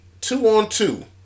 two-on-two